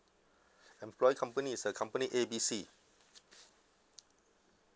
employee company is uh company A B C